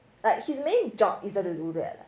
like his main job is not to do that